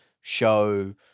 show